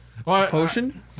Potion